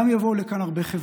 גם יבואו לכאן הרבה חברות,